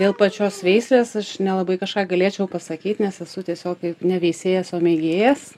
dėl pačios veislės aš nelabai kažką galėčiau pasakyt nes esu tiesiog ne veisėjas o mėgėjas